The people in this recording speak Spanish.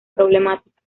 problemática